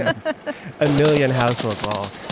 and a million households all.